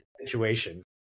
situation